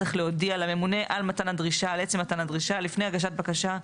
צריך להודיע לממונה על עצם מתן הדרישה לפני הגשת בקשה.